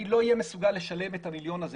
אני לא אהיה מסוגל לשלם את המיליון השקלים